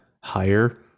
higher